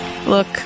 Look